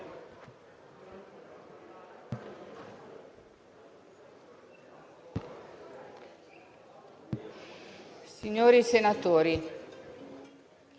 Signori senatori,